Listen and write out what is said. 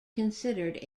considered